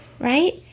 Right